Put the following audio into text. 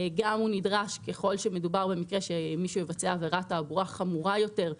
הוא נדרש גם אם מדובר במקרה שמישהו יבצע עבירת תעבורה חמורה יותר,